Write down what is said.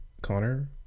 Connor